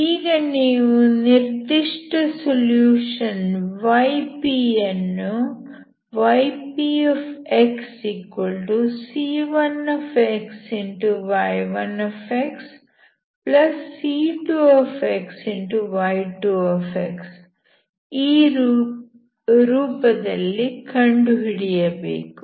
ಈಗ ನೀವು ನಿರ್ದಿಷ್ಟ ಸೊಲ್ಯೂಷನ್ ಯನ್ನು ypc1xy1c2y2 ಈ ರೂಪದಲ್ಲಿ ಕಂಡುಹಿಡಿಯಬೇಕು